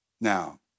Now